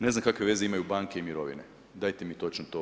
Ne znam kakve veze imaju banke i mirovine, dajte mi točno to